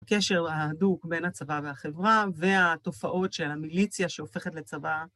הקשר ההדוק בין הצבא והחברה והתופעות של המיליציה שהופכת לצבא.